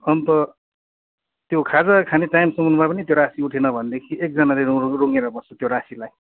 अन्त त्यो खाजा खाने टाइमसम्ममा पनि त्यो रासी उठेन भनेदेखि एकजानाले रु रु रुँगेर बस्छ त्यो राशिलाई